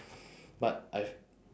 but I've